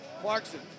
Clarkson